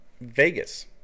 vegas